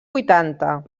vuitanta